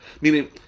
Meaning